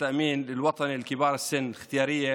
אני מציע לממשלה הנוכחית,